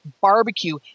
barbecue